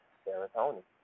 serotonin